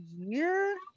year